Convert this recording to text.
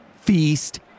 feast